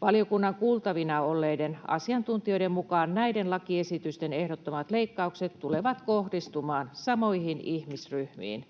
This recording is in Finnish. Valiokunnan kuultavina olleiden asiantuntijoiden mukaan näiden lakiesitysten ehdottamat leikkaukset tulevat kohdistumaan samoihin ihmisryhmiin.